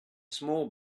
small